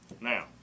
Now